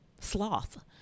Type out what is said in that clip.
sloth